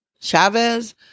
Chavez